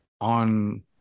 on